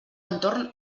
entorn